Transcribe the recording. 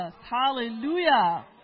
Hallelujah